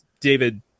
David